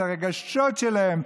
את הרגשות שלהם,